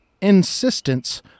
insistence